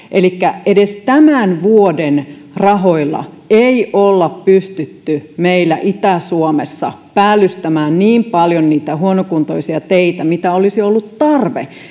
elikkä edes tämän vuoden rahoilla ei ole pystytty meillä itä suomessa päällystämään niin paljon niitä huonokuntoisia teitä kuin olisi ollut tarve